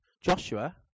Joshua